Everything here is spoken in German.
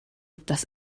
das